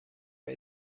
های